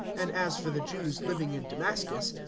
and as for the jews living in damascus,